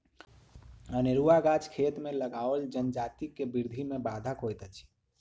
अनेरूआ गाछ खेत मे लगाओल जजाति के वृद्धि मे बाधक होइत अछि